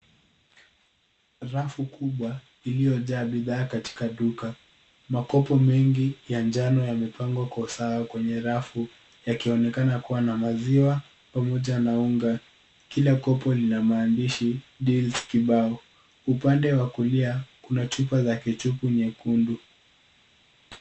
Rafu kubwa iliyojaa bidhaa katika duka. Makopo mengi ya njano yamepangwa kwa usawa kwenye rafu yakionekana kuwa na maziwa pamoja na unga. Kila kopo lina maandishi deals kibao . Upande wa kulia, kuna chupa za ketchupu nyekundu.